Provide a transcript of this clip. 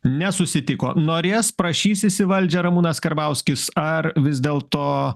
nesusitiko norės prašysis į valdžią ramūnas karbauskis ar vis dėlto